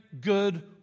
good